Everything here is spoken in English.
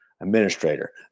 administrator